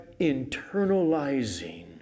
internalizing